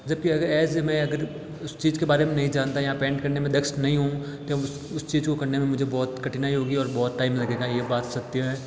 जबकि अगर ऐसे मैं अगर उस चीज़ के बारे में नहीं जानता या पेंट करने में दक्ष नहीं हूँ तो उस चीज़ को करने में मुझे बहुत कठिनाई होगी और बहुत टाइम लगेगा ये बात सत्य है